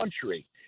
country